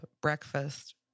breakfast